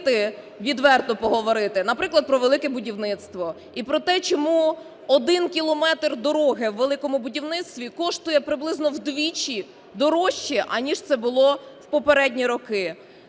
відверто поговорити, наприклад, про "Велике будівництво" і про те, чому 1 кілометр дороги у "Великому будівництві" коштує приблизно вдвічі дорожче, ніж це було в попередні роки.